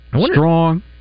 Strong